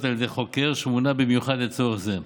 על ידי חוקר שמונה במיוחד לצורך זה.